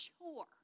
chore